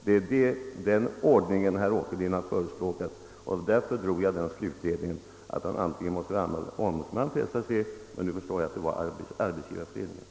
Det är den ordning herr Åkerlind här förordat, och därför drog jag den slutsatsen att han måste vara ombudsman för SAC, men nu förstår jag att det är för Arbetsgivareföreningen.